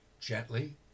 gently